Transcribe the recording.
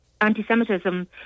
anti-Semitism